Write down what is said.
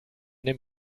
dem